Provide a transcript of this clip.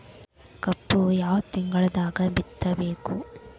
ಕಬ್ಬು ಯಾವ ತಿಂಗಳದಾಗ ಬಿತ್ತಬೇಕು?